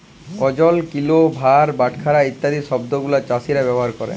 ওজন, কিলো, ভার, বাটখারা ইত্যাদি শব্দ গুলো চাষীরা ব্যবহার ক্যরে